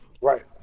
Right